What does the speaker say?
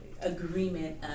agreement